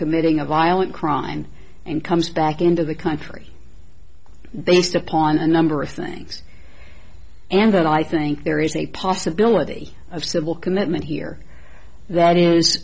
committing a violent crime and comes back into the country based upon a number of things and that i think there is a possibility of civil commitment here that is